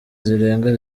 zirenga